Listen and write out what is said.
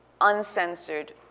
uncensored